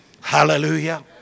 Hallelujah